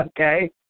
Okay